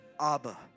Abba